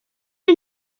you